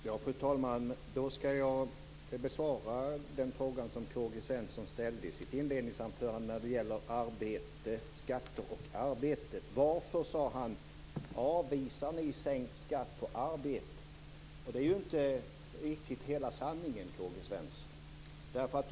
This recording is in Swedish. Fru talman! Jag skall besvara den fråga som K-G Svenson ställde i sitt inledningsanförande om skatter och arbete. Han frågade: Varför avvisar ni sänkt skatt på arbete? Det är ju inte riktigt hela sanningen, K-G Svenson.